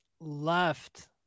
left